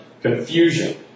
confusion